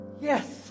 yes